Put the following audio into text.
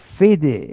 fede